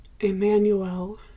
Emmanuel